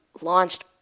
launched